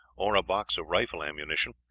or a box of rifle ammunition,